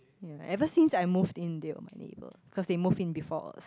ye ever since I moved in they were my neighbour because they moved in before us